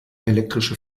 elektrische